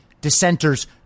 dissenters